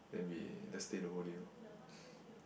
then we just stay the whole day orh